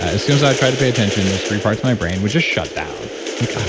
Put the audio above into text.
as soon as i tried to pay attention, those three parts of my brain would just shut down like,